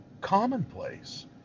commonplace